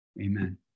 Amen